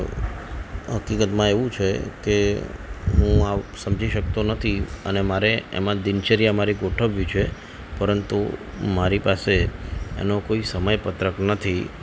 હકીકતમાં એવું છે કે હું આ સમજી શકતો નથી અને મારે એમાં દિનચર્યા મારી ગોઠવવી છે પરંતુ મારી પાસે કોઈ એનો કોઈ સમયપત્રક નથી